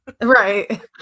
Right